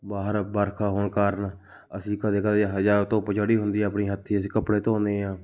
ਬਾਹਰ ਵਰਖਾ ਹੋਣ ਕਾਰਨ ਅਸੀਂ ਕਦੇ ਕਦੇ ਧੁੱਪ ਚੜ੍ਹੀ ਹੁੰਦੀ ਆ ਆਪਣੇ ਹੱਥੀਂ ਅਸੀਂ ਕੱਪੜੇ ਧੋੋਂਦੇ ਹਾਂ